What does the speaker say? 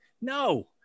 No